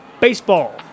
baseball